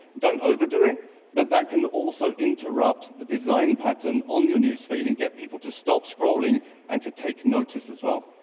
don't overdo it but that can also interrupt the design pattern on your news feed and get people to stop scrolling and to take notice as well.